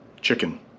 chicken